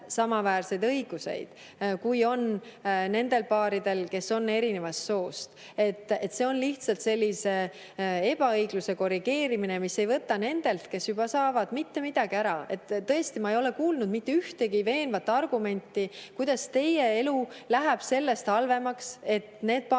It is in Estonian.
samaväärseid õigusi kui nendel paaridel, kes on erinevast soost. See on lihtsalt sellise ebaõigluse korrigeerimine, mis ei võta nendelt, kes juba saavad [abielluda], mitte midagi ära. Tõesti, ma ei ole kuulnud mitte ühtegi veenvat argumenti, kuidas teie elu läheb sellest halvemaks, et need paarid,